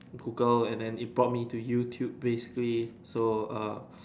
Google and then it brought me to YouTube basically so err